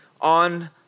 on